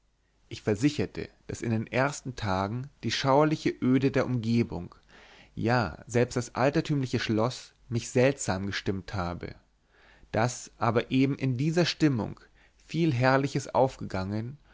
ich versicherte daß in den ersten tagen die schauerliche öde der umgebung ja selbst das altertümliche schloß mich seltsam gestimmt habe daß aber eben in dieser stimmung viel herrliches aufgegangen